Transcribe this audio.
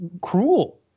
cruel